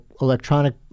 electronic